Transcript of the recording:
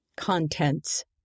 Contents